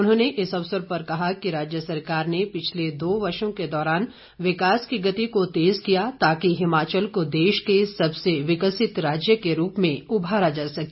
उन्होंने इस अवसर पर कहा कि राज्य सरकार ने पिछले दो वर्षों के दौरान विकास की गति को तेज किया ताकि हिमाचल को देश के सबसे विकसित राज्य के रूप में उभारा जा सके